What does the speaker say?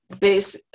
based